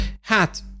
Hat